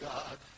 God